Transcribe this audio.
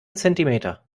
zentimeter